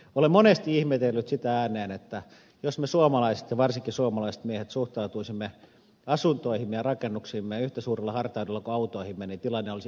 olen monesti ihmetellyt sitä ääneen että jos me suomalaiset ja varsinkin suomalaiset miehet suhtautuisimme asuntoihimme ja rakennuksiimme yhtä suurella hartaudella kuin autoihimme niin tilanne olisi olennaisesti parempi